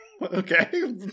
Okay